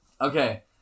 Okay